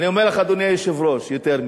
אני אומר לך, אדוני היושב-ראש, יותר מזה.